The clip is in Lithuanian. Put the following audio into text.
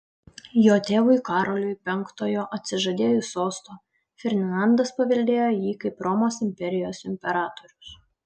jo tėvui karoliui penktojo atsižadėjus sosto ferdinandas paveldėjo jį kaip romos imperijos imperatorius